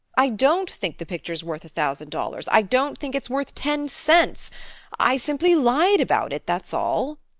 i don't think the picture's worth a thousand dollars i don't think it's worth ten cents i simply lied about it, that's all.